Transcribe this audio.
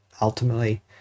ultimately